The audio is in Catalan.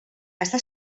està